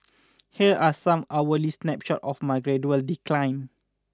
here are some hourly snapshots of my gradual decline